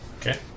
Okay